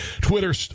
Twitter